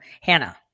Hannah